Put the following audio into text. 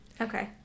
Okay